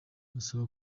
asaba